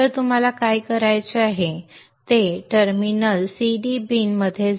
तर तुम्हाला काय करायचे आहे ते टर्मिनल cd बिन मध्ये जा